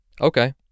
Okay